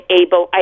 able